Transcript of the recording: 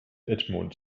edmund